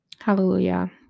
Hallelujah